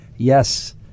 yes